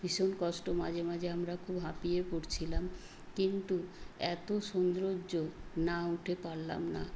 ভীষণ কষ্ট মাঝে মাঝে আমরা খুব হাঁপিয়েও পড়ছিলাম কিন্তু এতো সৌন্দর্য না উঠে পারলাম না